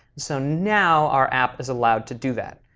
so now our app is allowed to do that.